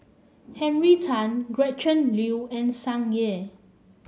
Henry Tan Gretchen Liu and Tsung Yeh